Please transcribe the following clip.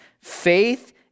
faith